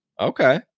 Okay